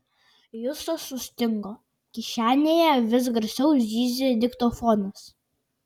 justas sustingo kišenėje vis garsiau zyzė diktofonas